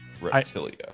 Reptilia